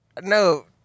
no